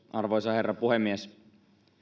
arvoisa herra puhemies